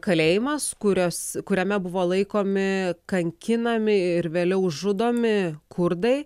kalėjimas kurios kuriame buvo laikomi kankinami ir vėliau žudomi kurdai